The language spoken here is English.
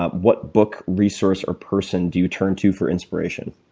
ah what book, resource, or person do you turn to for inspiration?